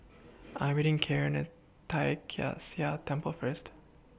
I Am meeting Caryn At Tai Kak Seah Temple First